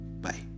bye